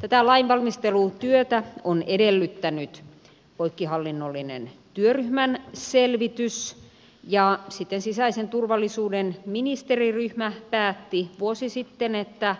tätä lainvalmistelutyötä on edellyttänyt poikkihallinnollinen työryhmän selvitys ja sitten sisäisen turvallisuuden ministeriryhmä päätti vuosi sitten että